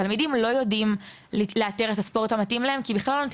תלמידים לא יודעים לאתר בכלל את הספורט שמתאים להם,